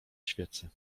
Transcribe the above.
świecy